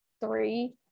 three